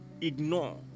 ignore